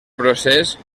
procés